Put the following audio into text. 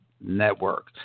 Network